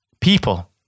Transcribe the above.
people